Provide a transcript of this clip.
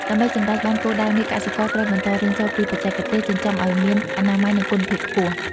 ដើម្បីសម្រេចបានគោលដៅនេះ កសិករត្រូវបន្តរៀនសូត្រពីបច្ចេកទេសចិញ្ចឹមឲ្យមានអនាម័យនិងគុណភាពខ្ពស់។